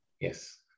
yes